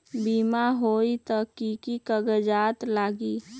बिमा होई त कि की कागज़ात लगी?